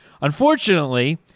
Unfortunately